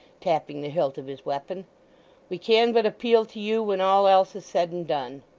tapping the hilt of his weapon we can but appeal to you when all else is said and done.